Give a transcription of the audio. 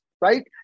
right